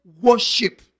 worship